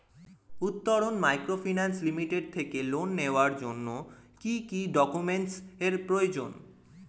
Uttaran microfinance limited থেকে loan নেওয়ার জন্য কি কি ডকুমেন্টস এর প্রয়োজন?